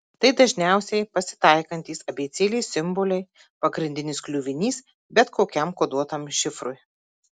tai dažniausiai pasitaikantys abėcėlės simboliai pagrindinis kliuvinys bet kokiam koduotam šifrui